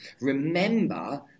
remember